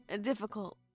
difficult